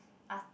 arty